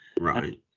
right